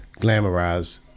glamorize